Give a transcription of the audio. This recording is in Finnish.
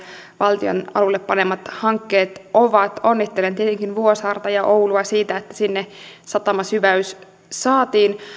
valtion alulle panemat hankkeet ovat onnittelen tietenkin vuosaarta ja oulua siitä että sinne sataman syvääminen saatiin